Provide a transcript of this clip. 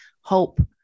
hope